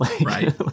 Right